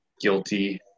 guilty